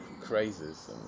crazes